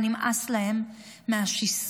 ונמאס להם מהשיסוי,